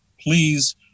Please